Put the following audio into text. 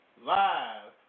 live